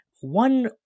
One